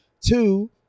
Two